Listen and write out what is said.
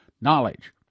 knowledge